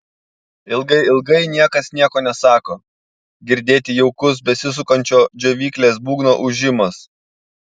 ilgai ilgai niekas nieko nesako girdėti jaukus besisukančio džiovyklės būgno ūžimas